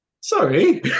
Sorry